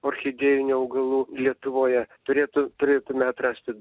orchidėjinių augalų lietuvoje turėtų turėtume atrasti